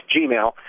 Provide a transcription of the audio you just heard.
Gmail